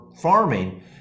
farming